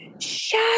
shut